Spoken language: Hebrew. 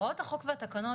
הוראות החוק והתקנות,